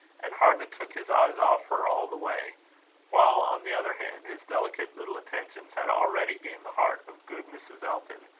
and hardly took his eyes off her all the way while, on the other hand, his delicate little attentions had already gained the heart of good mrs. elton,